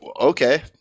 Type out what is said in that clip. Okay